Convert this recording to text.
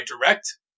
direct